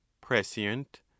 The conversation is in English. prescient